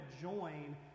join